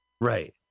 Right